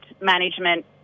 management